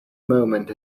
moment